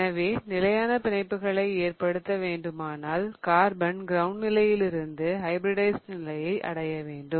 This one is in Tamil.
எனவே நிலையான பிணைப்புகளை ஏற்படுத்த வேண்டுமானால் கார்பன் கிரவுண்ட் நிலையில் இருந்து ஹைபிரிடைஸிட் நிலையை அடைய வேண்டும்